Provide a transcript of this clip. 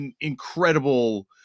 incredible